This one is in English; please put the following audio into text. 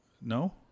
No